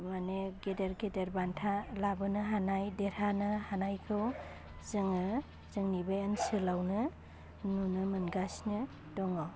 मानि गेदेर गेदेर बान्था लाबोनो हानाय देरहानो हानायखौ जोङो जोंनि बे ओनसोलावनो नुनो मोनगासिनो दङ